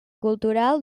cultural